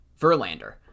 Verlander